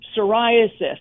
psoriasis